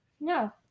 No